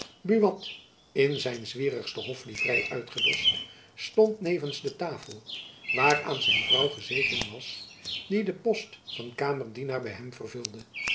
buat in zijn zwierigste hoflivrei uitgedoscht stond nevens de tafel waaraan zijn vrouw gezeten was die den post van kamerdienaar bij hem vervulde